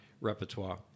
repertoire